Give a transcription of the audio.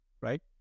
right